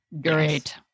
Great